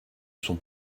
sont